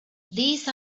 these